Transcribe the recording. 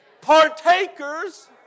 partakers